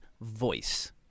voice